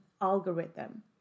algorithm